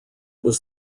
was